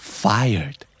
fired